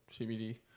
cbd